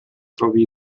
trovi